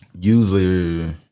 usually